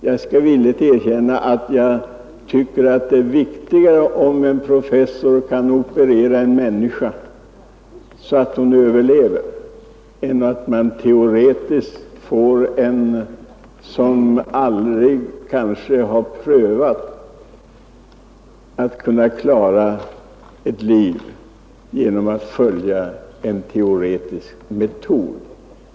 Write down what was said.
Jag skall villigt erkänna att 45 jag tycker att det är viktigare att få en professor som kan operera en människa så att hon överlever än att få en teoretiker, som kanske aldrig har prövat att klara ett liv genom att följa sin teoretiska metod.